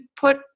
put